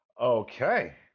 Okay